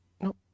Nope